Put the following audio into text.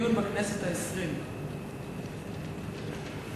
הכנסת נתקבלה.